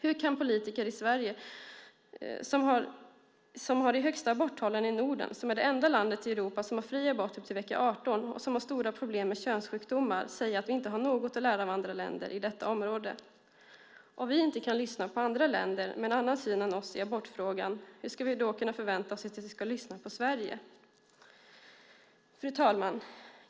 Hur kan politiker i Sverige, som har de högsta aborttalen i Norden, som är det enda land i Europa som har fri abort upp till vecka 18 och som har stora problem med könssjukdomar, säga att vi inte har något att lära av andra länder inom detta område? Om vi inte kan lyssna på andra länder med en annan syn än vi har i abortfrågan, hur ska vi då kunna förvänta oss att de ska lyssna på Sverige? Fru talman!